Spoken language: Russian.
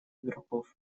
игроков